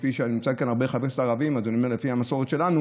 יש כאן הרבה חברי כנסת ערבים אז אני אומר שזה לפי המסורת שלנו,